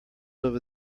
over